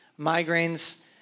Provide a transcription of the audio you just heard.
migraines